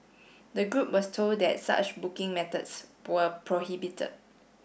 the group was told that such booking methods were prohibited